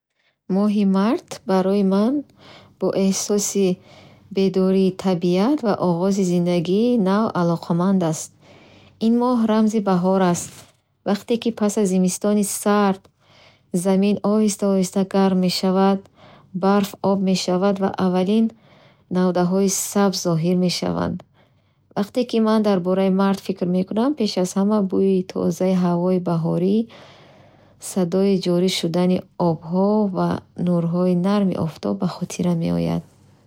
Моҳи март барои ман бо эҳсоси бедории табиат ва оғози зиндагии нав алоқаманд аст. Ин моҳ рамзи баҳор аст. Вақте ки пас аз зимистони сард замин оҳиста-оҳиста гарм мешавад, барф об мешавад ва аввалин навдаҳои сабз зоҳир мешаванд. Вақте ман дар бораи март фикр мекунам, пеш аз ҳама бӯи тозаи ҳавои баҳорӣ, садои ҷорӣ шудани обҳо ва нурҳои нарми офтоб ба хотирам меоянд.